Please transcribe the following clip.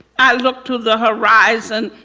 i look to the horizon.